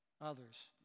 others